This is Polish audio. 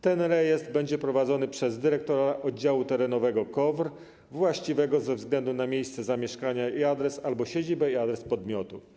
Ten rejestr będzie prowadzony przez dyrektora oddziału terenowego KOWR właściwego ze względu na miejsce zamieszkania i adres albo siedzibę i adres podmiotu.